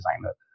designer